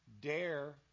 Dare